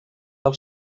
del